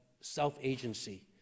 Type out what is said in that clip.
self-agency